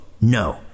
no